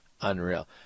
unreal